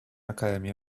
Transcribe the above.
academia